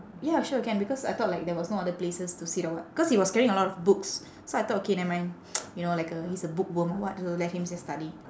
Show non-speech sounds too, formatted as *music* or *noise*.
ya sure can because I thought like there was no other places to sit or what cause he was carrying a lot of books so I thought okay nevermind *noise* you know like a he's a bookworm or what so let him just study